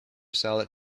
salad